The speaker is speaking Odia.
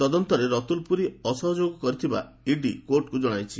ତଦନ୍ତରେ ରତୁଲ ପୁରୀ ଅସହଯୋଗ କରିଥିବା ଇଡି କୋର୍ଟକୁ ଜଣାଇଛି